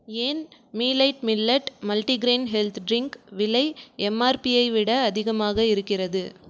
ஏன் மீலைட் millet multigrain health drink விலை எம்ஆர்பியை விட அதிகமாக இருக்கிறது